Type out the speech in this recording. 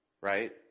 right